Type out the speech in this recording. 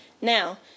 now